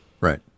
right